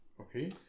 Okay